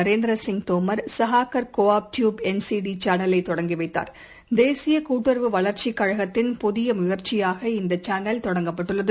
Narendra Singh Tomar சஹாகர் உடி D வரநெ உேனசானலை தொடங்கிவைத்தார் தேசியகூட்டுறவு வளர்ச்சிகழகத்தின் புதியமுயற்சியாக இந்தசானல் தொடங்கப்பட்டுள்ளது